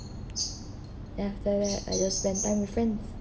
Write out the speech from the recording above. then after that I just spend time with friends